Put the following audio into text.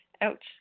Ouch